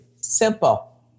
simple